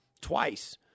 Twice